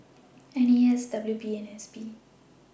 N A S W P and S P